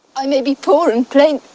i may be poor and plain,